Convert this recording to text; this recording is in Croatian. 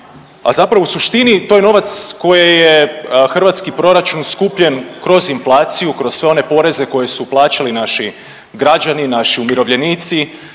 a zapravo u suštini to je novac koji je u hrvatski proračun skupljen kroz inflaciju, kroz sve one poreze koje su plaćali naši građani, naši umirovljenici,